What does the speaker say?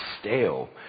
stale